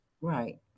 Right